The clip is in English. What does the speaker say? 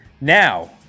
now